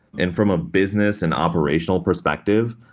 and from a business and operational perspective,